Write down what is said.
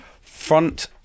front